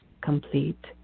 complete